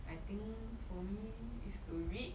I think for me is to read